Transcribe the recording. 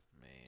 Man